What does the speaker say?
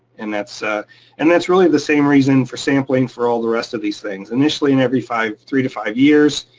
and that's ah and that's really the same reason for sampling for all the rest of these things. initially, in every three to five years,